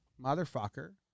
motherfucker